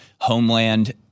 Homeland